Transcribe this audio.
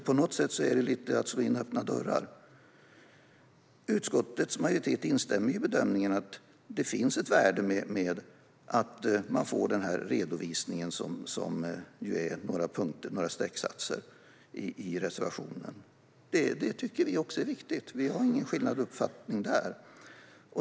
På något sätt är det lite att slå in öppna dörrar. Utskottets majoritet instämmer ju i bedömningen att det finns ett värde i att man får den redovisning som efterfrågas i några strecksatser i reservationen. Det tycker också vi är viktigt; vi har ingen annan uppfattning där.